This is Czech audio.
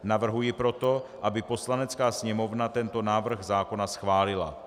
Navrhuji proto, aby Poslanecká sněmovna tento návrh zákona schválila.